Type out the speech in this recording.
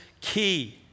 key